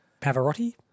Pavarotti